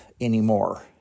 anymore